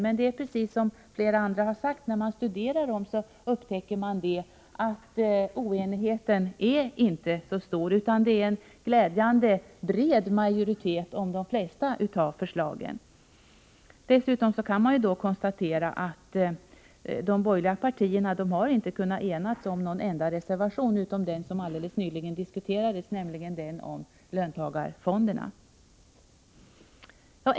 Men — som också andra har sagt — när man studerar reservationerna upptäcker man att oenigheten inte är så stor. I stället står det glädjande nog en bred majoritet bakom de flesta förslagen. Dessutom kan man konstatera att de borgerliga partierna inte har kunnat enas om någon enda reservation — med undantag för den som alldeles nyss diskuterades, nämligen den om löntagarfonderna.